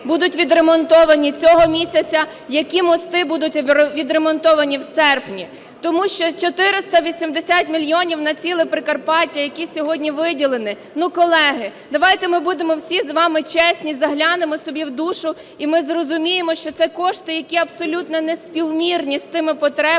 будуть відремонтовані цього місяця, які мости будуть відремонтовані в серпні. Тому що 480 мільйонів на ціле Прикарпаття, які сьогодні виділені, колеги, давайте ми будемо всі з вами чесні, заглянемо собі в душу, і ми зрозуміємо, що це кошти, які абсолютно неспівмірні з тими потребами,